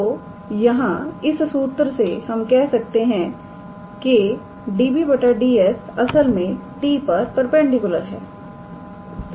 तोयहां इस सूत्र से हम कह सकते हैं कि 𝑑𝑏̂ 𝑑𝑠 असल में 𝑡̂ पर परपेंडिकुलर है